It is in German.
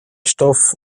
stoff